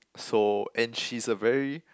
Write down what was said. so and she's a very